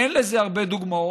אין לזה הרבה דוגמאות,